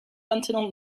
until